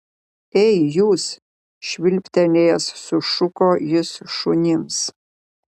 ei jūs švilptelėjęs sušuko jis šunims